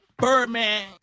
Birdman